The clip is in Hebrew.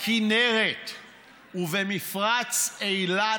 בכינרת ובמפרץ אילת,